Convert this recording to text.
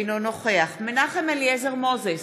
אינו נוכח מנחם אליעזר מוזס,